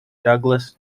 douglas